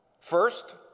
First